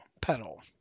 pedal